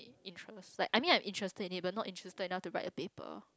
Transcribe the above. interest like I mean I'm interested in it but not interested enough to write a paper